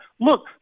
Look